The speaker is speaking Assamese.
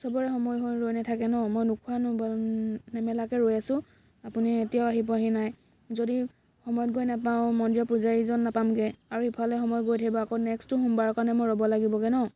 চবৰে সময় হৈ ৰৈ নাথাকে ন মই নোখোৱা নোবোৱা নেমেলাকে ৰৈ আছোঁ আপুনি এতিয়াও আহি পোৱাহি নাই যদি সময়ত গৈ নাপাওঁ মন্দিৰৰ পূজাৰীজন নাপামগৈ আৰু ইফালে সময় গৈ থাকিব আকৌ নেক্সটো সোমবাৰৰ কাৰণে মই ৰ'ব লাগিবগৈ ন